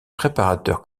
préparateur